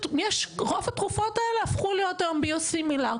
רוב התרופות האלה הפכו להיות היום ביוסימילר,